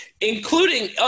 including